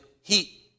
heat